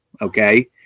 Okay